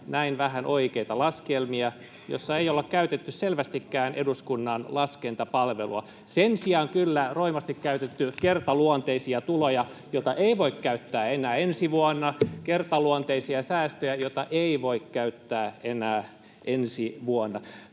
näin vähän oikeita laskelmia, jossa ei olla käytetty selvästikään eduskunnan laskentapalvelua — sen sijaan kyllä roimasti käytetty kertaluonteisia tuloja, joita ei voi käyttää enää ensi vuonna, kertaluonteisia säästöjä, joita ei voi käyttää enää ensi vuonna.